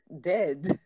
dead